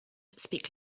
speak